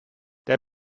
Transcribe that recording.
der